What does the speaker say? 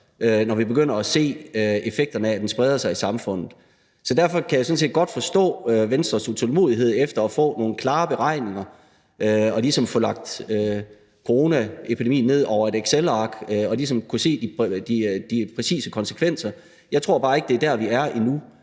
når vi begynder at se effekterne af, at den spreder sig i samfundet. Så derfor kan jeg sådan set godt forstå Venstres utålmodighed efter at få nogle klare beregninger og ligesom få lagt coronaepidemien ned over et excelark og kunne se de præcise konsekvenser, men jeg tror bare ikke, det er der, vi er endnu.